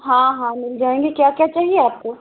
हाँ हाँ मिल जाएँगे क्या क्या चाहिए आपको